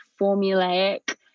formulaic